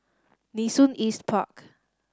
Nee Soon East Park